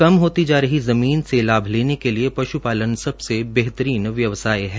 कम होती जा रही जमीन से लाभ लेने के लिए पशुपालन सबसे बेहतरीन व्यवसाय है